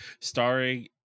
starring